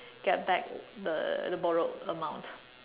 get back the the borrowed amount